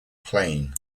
plain